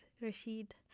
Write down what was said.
Rashid